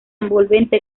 envolvente